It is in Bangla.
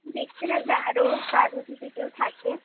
দেখতে লাগবে আরও কারোর যদি কেউ থাকে